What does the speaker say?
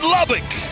Lubbock